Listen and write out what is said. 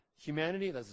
Humanity